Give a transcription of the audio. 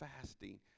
fasting